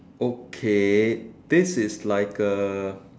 okay this is like uh